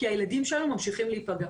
כי הילדים שלנו ממשיכים להיפגע.